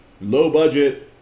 low-budget